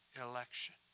election